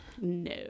no